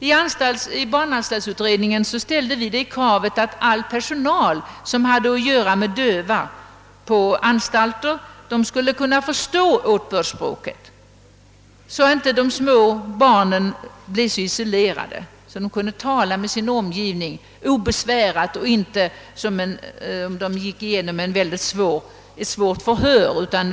I barnanstaltsutredningen reste vi kravet att all personal som hade att göra med döva på anstalter skulle kunna förstå åtbördsspråket, för att de små barnen inte skulle bli så isolerade utan kunna tala med sin omgivning obesvärat och avslappat och inte som om de gick igenom ett svårt förhör.